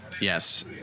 Yes